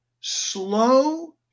slow